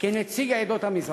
כנציג עדות המזרח.